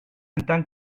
tant